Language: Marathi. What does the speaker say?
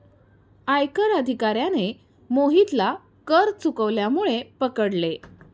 आयकर अधिकाऱ्याने मोहितला कर चुकवल्यामुळे पकडले